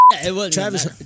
Travis